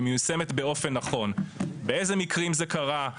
ומסוימת באופן נכון באיזה מקרים זה קרה,